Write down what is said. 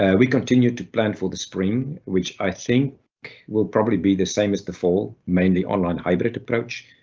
and we continue to plan for the spring which i think will probably be the same as before, mainly online hybrid approach.